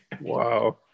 Wow